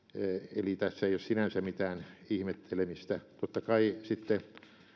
eli tässä ei ole sinänsä mitään ihmettelemistä totta kai sitten